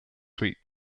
suite